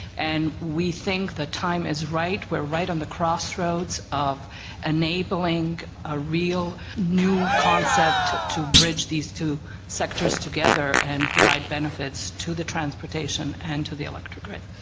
and we think the time is right. we're right on the crossroads of enabling a real, new concept to bridge these two sectors together and provide benefits to the transportation and to the electrical grid.